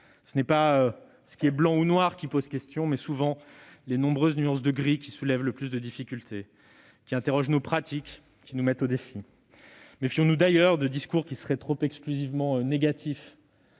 Ce n'est pas ce qui est blanc ou noir qui pose question ; ce sont souvent les nombreuses nuances de gris qui soulèvent le plus de difficultés, interrogent nos pratiques et nous mettent au défi. Méfions-nous d'ailleurs des discours exclusivement négatifs.